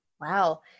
Wow